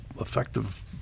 effective